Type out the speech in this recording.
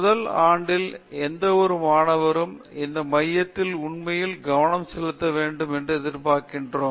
முதல் ஆண்டில் எந்தவொரு மாணவர்களும் இந்த மையத்தில் உண்மையில் கவனம் செலுத்த வேண்டும் என்று எதிர்பார்க்கிறோம்